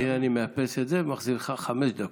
הינה, אני מאפס את זה ומחזיר לך חמש דקות.